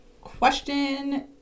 Question